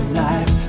life